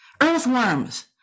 Earthworms